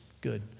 Good